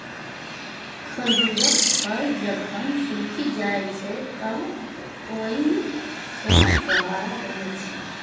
खजूरक फल जखन सूखि जाइ छै, तं ओइ सं छोहाड़ा बनै छै